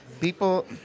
People